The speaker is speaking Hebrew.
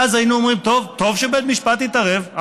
ואז היינו אומרים: טוב, טוב שבית המשפט התערב.